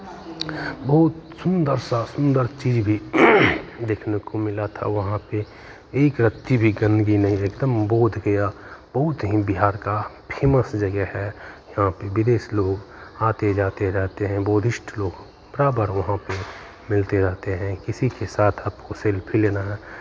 बहुत सुन्दर सा सुन्दर चीज़ भी देखने को मिला था वहाँ पे एक रत्ती भी गन्दगी नहीं है एकदम बोधगया बहुत ही बिहार का फेमस जगह है यहाँ पे विदेश लोग आते जाते रहते हैं बुद्धिस्ट लोग बराबर वहाँ पे मिलते रहते हैं किसी के साथ आपको सेल्फी लेना है